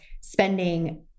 spending